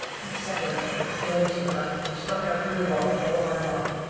and a second after dived to the right and struck out under water with all my might.